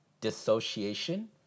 dissociation